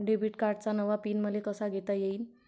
Debit कार्डचा नवा PIN मले कसा घेता येईन?